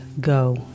go